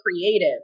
creative